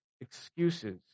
excuses